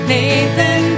Nathan